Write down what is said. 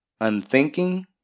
unthinking